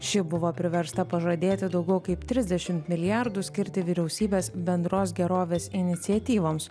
ši buvo priversta pažadėti daugiau kaip trisdešim milijardų skirti vyriausybės bendros gerovės iniciatyvoms